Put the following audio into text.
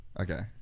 Okay